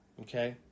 Okay